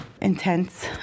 intense